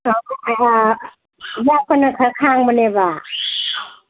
ꯌꯥꯎꯕꯅ ꯈꯔ ꯁꯥꯡꯕꯅꯦꯕ